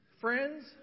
friends